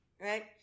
right